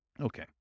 Okay